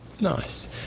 Nice